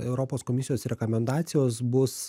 europos komisijos rekomendacijos bus